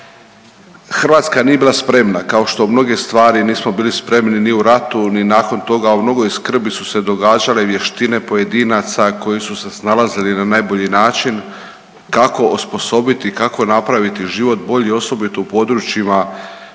Hrvatska nije bila spremna kao što mnoge stvari nismo bili spremni ni u ratu ni nakon toga, a …/Govornik se ne razumije./… su se događale vještine pojedinaca koji su se snalazili na najbolji način kako osposobiti, kako napraviti život bolji osobito u područjima